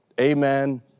amen